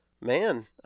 man